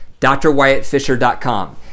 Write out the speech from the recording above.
drwyattfisher.com